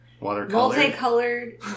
Multicolored